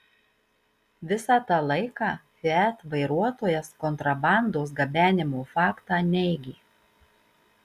visą tą laiką fiat vairuotojas kontrabandos gabenimo faktą neigė